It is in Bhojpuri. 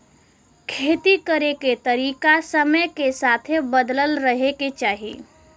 खेती करे के तरीका समय के साथे बदलत रहे के चाही